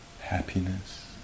happiness